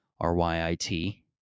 R-Y-I-T